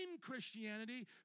Christianity